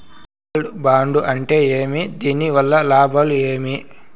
Gold bond అంటే ఏమి? దీని వల్ల లాభాలు ఏమి?